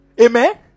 Amen